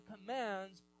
commands